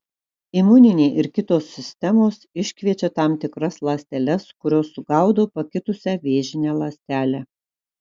imuninė ir kitos sistemos iškviečia tam tikras ląsteles kurios sugaudo pakitusią vėžinę ląstelę